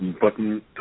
button